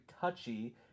touchy